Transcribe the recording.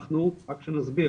אנחנו רק שנסביר,